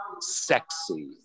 sexy